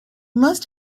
must